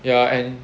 ya and